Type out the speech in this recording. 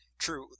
True